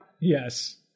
Yes